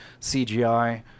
cgi